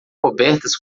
cobertas